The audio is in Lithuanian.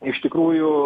iš tikrųjų